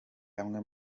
amwe